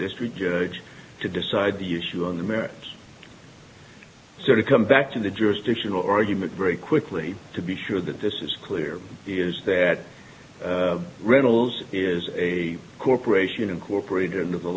district judge to decide the issue on the merits so to come back to the jurisdictional argument very quickly to be sure that this is clear is that reynolds is a corporation incorporated in the